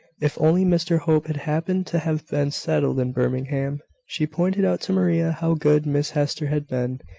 if only mr hope had happened to have been settled in birmingham. she pointed out to maria how good miss hester had been,